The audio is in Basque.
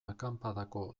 akanpadako